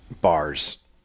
bars